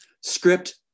script